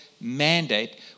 mandate